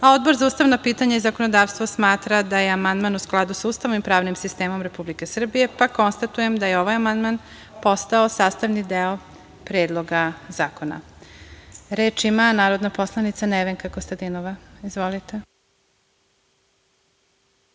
a Odbor za ustavna pitanja i zakonodavstvo smatra da je amandman u skladu sa Ustavom i pravnim sistemom Republike Srbije, pa konstatujem da je ovaj amandman postao sastavni deo Predloga zakona. Reč ima narodna poslanica Nevenka Kostadinova. Izvolite.